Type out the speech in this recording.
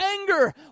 anger